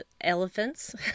elephants